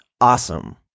awesome